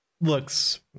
Looks